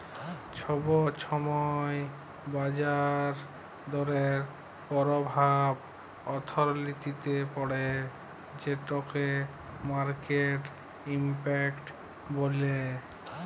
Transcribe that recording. ছব ছময় বাজার দরের পরভাব অথ্থলিতিতে পড়ে যেটকে মার্কেট ইম্প্যাক্ট ব্যলে